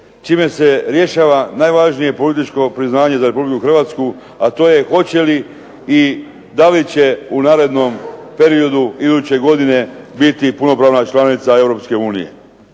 čime se rješava najvažnije političko priznavanje za Republiku Hrvatsku, a to je hoće li i da li će u narednom periodu iduće godine biti punopravna članica Europske unije.